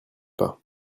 pas